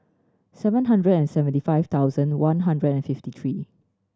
seven hundred and seventy five thousand one hundred and fifty three